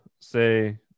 say